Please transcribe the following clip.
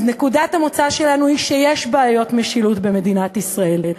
אז נקודת המוצא שלנו היא שיש בעיות משילות במדינת ישראל.